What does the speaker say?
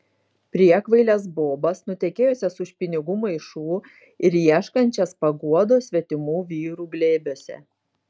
priekvailes bobas nutekėjusias už pinigų maišų ir ieškančias paguodos svetimų vyrų glėbiuose